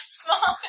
small